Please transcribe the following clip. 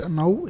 now